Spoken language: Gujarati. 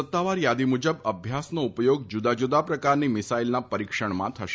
સત્તાવાર યાદી મુજબ અભ્યાસનો ઉપયોગ જુદા જુદા પ્રકારની મીસાઇલના પરિક્ષણમાં થશે